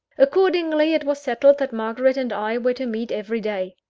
accordingly, it was settled that margaret and i were to meet every day.